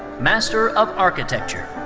master of architecture.